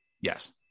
Yes